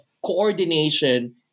coordination